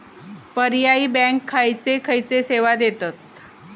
पर्यायी बँका खयचे खयचे सेवा देतत?